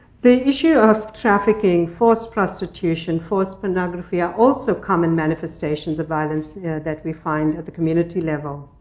the issue of trafficking, forced prostitution, forced pornography, are also common manifestations of violence that we find at the community level.